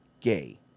gay